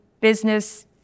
business